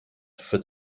for